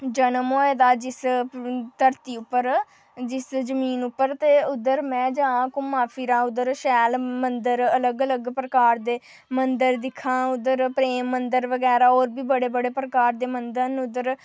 जन्म होए दा इस धरती उप्पर जिस जमीन उप्पर ते उद्धर में जां घुम्मन फिरां शैल मंदर अलग अलग प्रकार दे मंदर दिक्खां उद्धर प्रेम मंदर बगैरा होर बी बड़े बड़े प्रकार दे मंदर न उद्धर